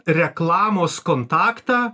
reklamos kontaktą